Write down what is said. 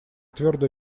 твердо